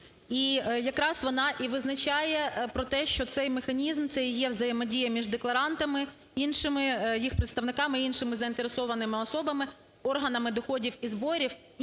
І якраз вона і визначає про те, що цей механізм – це і є взаємодія між декларантами, іншими… їх представниками, іншими заінтересованими особами, органами доходів і зборів